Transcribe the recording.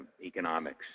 economics